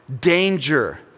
danger